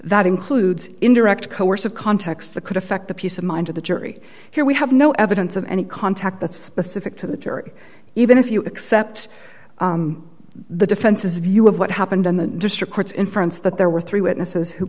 that includes indirect coercive context that could affect the peace of mind of the jury here we have no evidence of any contact that's specific to the jury even if you accept the defense's view of what happened in the district courts in france that there were three witnesses who